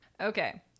Okay